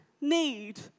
need